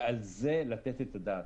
ועל זה לתת את הדעת.